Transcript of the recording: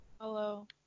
Hello